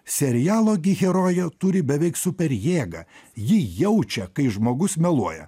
serialo gi herojė turi beveik super jėgą ji jaučia kai žmogus meluoja